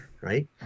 Right